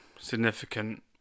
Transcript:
significant